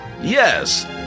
Yes